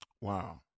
Wow